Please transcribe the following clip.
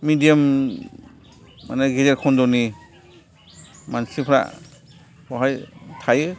मिदियाम माने गेजेर खन्द'नि मानसिफ्रा बेवहाय थायो